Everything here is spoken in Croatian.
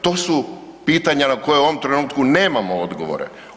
To su pitanja na koja u ovom trenutku nemamo odgovore.